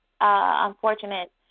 unfortunate